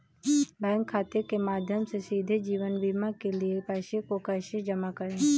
Bank खाते के माध्यम से सीधे जीवन बीमा के लिए पैसे को कैसे जमा करें?